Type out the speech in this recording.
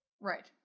Right